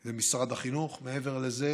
זה משרד החינוך, מעבר לזה,